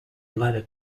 ladder